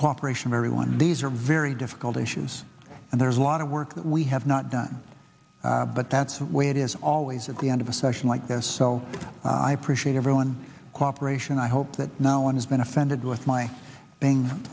cooperation of everyone these are very difficult issues and there's a lot of work that we have not done but that's where it is always at the end of a session like this so i appreciate everyone cooperation i hope that no one has been offended with my being